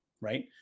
right